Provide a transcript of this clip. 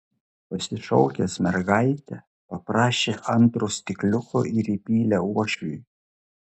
pasišaukęs mergaitę paprašė antro stikliuko ir įpylė uošviui